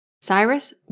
Cyrus